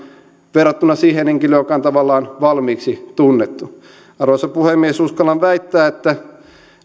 verrattuna siihen henkilöön joka on tavallaan valmiiksi tunnettu arvoisa puhemies uskallan väittää että